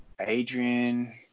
Adrian